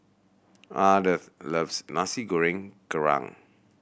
Ardeth loves Nasi Goreng Kerang